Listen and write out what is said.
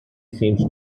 seems